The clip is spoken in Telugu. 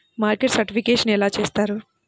మార్కెట్ సర్టిఫికేషన్ ఎలా చేస్తారు?